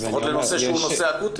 לפחות לנושא שהוא נושא אקוטי.